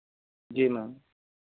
जी ma'am